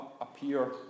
appear